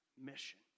mission